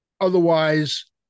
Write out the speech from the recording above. otherwise